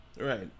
Right